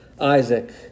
Isaac